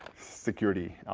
security,